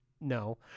No